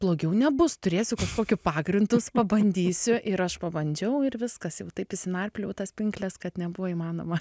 blogiau nebus turėsiu kažkokį pagrindus pabandysiu ir aš pabandžiau ir viskas jau taip įsinarpliojau į tas pinkles kad nebuvo įmanoma